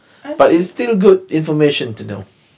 I see